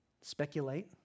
speculate